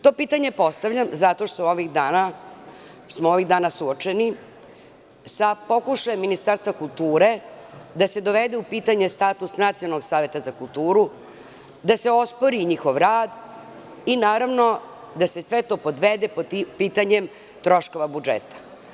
To pitanje postavljam zato što smo ovih dana suočeni sa pokušajem Ministarstva kulture da se dovede u pitanje status Nacionalnog saveta za kulturu, da se ospori njihov rad i naravno da se sve to podvede pod pitanjem troškova budžeta.